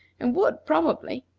and would, probably,